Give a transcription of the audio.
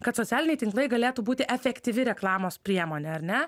kad socialiniai tinklai galėtų būti efektyvi reklamos priemonė ar ne